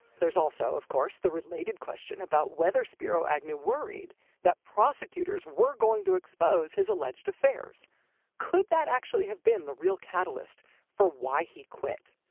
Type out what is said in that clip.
there's also, of course, the related question about whether spiro agnew worried that prosecutors were going to expose his alleged affairs could that actually have been the real catalyst for why he quit?